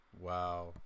Wow